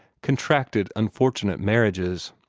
contracted unfortunate marriages.